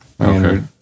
Okay